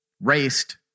raced